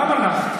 למה לך?